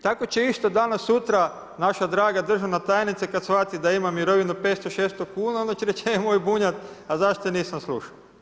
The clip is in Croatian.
Tako će isto danas sutra, naša draga državna tajnica kad shvati da ima mirovinu 500, 600 kuna, onda će reći, e moj Bunjac, a zašto nisam slušao.